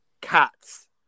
Cats